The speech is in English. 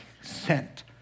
sent